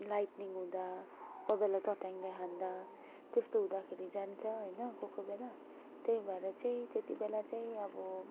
lightning हुँदा कोही बेला चट्याङले हान्दा त्यस्तो हुँदाखेरि जान्छ होइन कोहीकोही बेला त्यही भएर चाहिँ त्यतिबेला चाहिँ अब